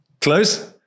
Close